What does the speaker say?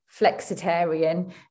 flexitarian